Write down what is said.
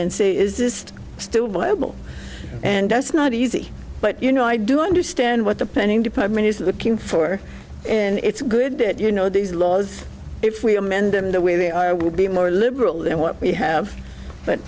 and see is this still viable and that's not easy but you know i do understand what the planning department is looking for and it's good that you know these laws if we amend them the way they are would be more liberal than what we have but